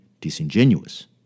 disingenuous